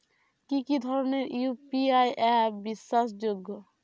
কি কি ধরনের ইউ.পি.আই অ্যাপ বিশ্বাসযোগ্য?